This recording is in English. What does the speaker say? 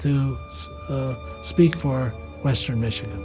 to speak for western michigan